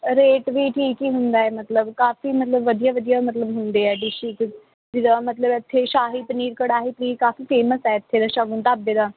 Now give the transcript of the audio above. rate ਵੀ ਠੀਕ ਹੀ ਹੁੰਦਾ ਮਤਲਬ ਕਾਫੀ ਮਤਲਬ ਵਧੀਆ ਵਧੀਆ ਮਤਲਬ ਹੁੰਦੇ ਆ ਡਿਸ਼ਿਜ ਜਿਹਦਾ ਮਤਲਬ ਇੱਥੇ ਸ਼ਾਹੀ ਪਨੀਰ ਕੜਾਹੀ ਪਨੀਰ ਕਾਫੀ ਫੇਮਸ ਹੈ ਇੱਥੇ ਦਾ ਸ਼ਗੁਨ ਢਾਬੇ ਦਾ